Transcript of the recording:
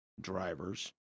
drivers